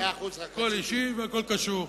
הכול אישי והכול קשור.